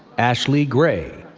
ashlei gray,